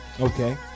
Okay